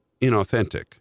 inauthentic